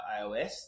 iOS